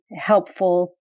helpful